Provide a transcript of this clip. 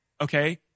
Okay